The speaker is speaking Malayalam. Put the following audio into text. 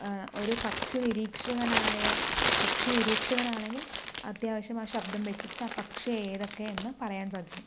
ഒരു പക്ഷി നിരീക്ഷകനായ പക്ഷി നിരീക്ഷകനാണെങ്കിൽ അത്യാവശ്യം ആ ശബ്ദം വെച്ചിട്ട് ആ പക്ഷി ഏതൊക്കെ എന്ന് പറയാൻ സാധിക്കും